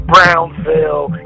Brownsville